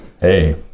Hey